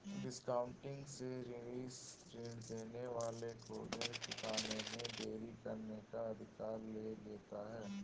discounting से ऋणी ऋण देने वाले को ऋण चुकाने में देरी करने का अधिकार ले लेता है